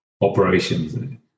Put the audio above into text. operations